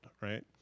right